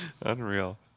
Unreal